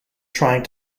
trying